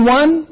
one